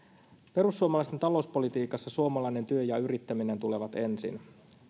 perussuomalaisten talouspolitiikassa suomalainen työ ja yrittäminen tulevat ensin